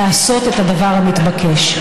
לעשות את הדבר המתבקש.